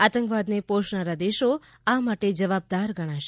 આતંકવાદને પોષનારા દેશો આ માટે જવાબદાર ગણાશે